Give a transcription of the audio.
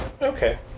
Okay